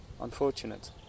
unfortunate